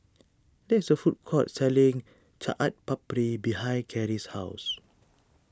there is a food court selling Chaat Papri behind Cary's house